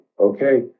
okay